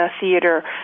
theater